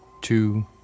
two